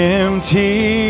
empty